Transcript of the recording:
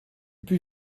plus